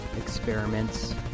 experiments